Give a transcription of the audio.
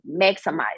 maximize